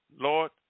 lord